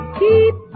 keep